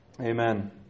Amen